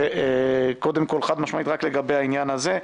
זה קודם כול חד-משמעית רק לגבי העניין הזה.